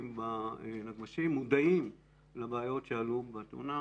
הנגמ"שים מודעים לבעיות שעלו בתאונה,